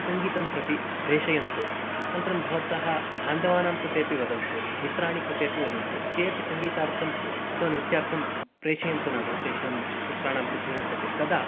सङ्गीतं प्रति प्रेषयन्तु अनतरं भवन्तः बान्धवानां कृते अपि वदन्तु मित्राणि कृते अपि वदन्तु ते अपि संगीतार्थम् अथवा नृत्यार्थं प्रेषयन्तु नाम तेषां पुत्राणां पुत्रीणां प्रति तदा